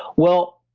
well,